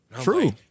true